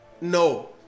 No